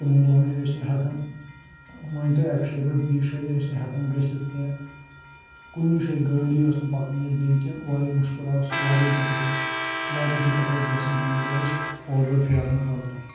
تِمَن دۄہن ٲسۍ نہٕ ہؠکان مٲنتو اَکہِ جایہِ پؠٹھ بیٚیِس جایہِ ٲسۍ نہٕ ہؠکان گٔژھتھ کہنٛہہ کُنہِ جایہِ گٲڑی ٲسۍ نہٕ پَکان یا بیٚیہِ کینٛہہ واریاہ مُشکِل ٲس واریاہ دِکَت ٲس واریاہ دِکَت ٲس گَژھان تمہِ دۄہ ٲسۍ اورٕ یورٕ پھیرنہٕ خٲطرٕ